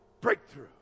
Breakthrough